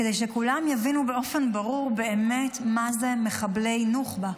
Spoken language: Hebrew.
כדי שכולם יבינו באופן ברור באמת מה זה מחבלי נוח'בה.